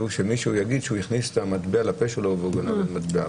שהוא הכניס את המטבע לפה שלו וגנב את המטבע.